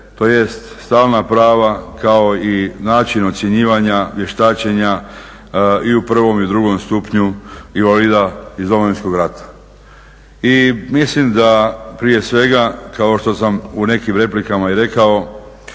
tj. stalna prava kao i način ocjenjivanja vještačenja i u prvom i u drugom stupnju invalida iz Domovinskog rata. I mislim da prije svega kao što sam u nekim replikama i rekao